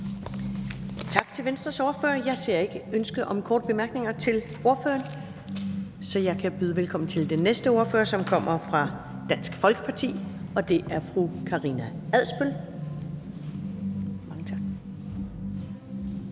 Tak til Venstres ordfører. Jeg ser ikke ønske om korte bemærkninger til ordføreren, så jeg kan byde velkommen til den næste ordfører, som kommer fra Dansk Folkeparti, og det er fru Karina Adsbøl. Kl.